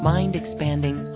Mind-expanding